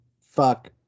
fuck